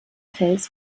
fels